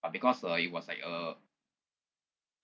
but because uh it was like uh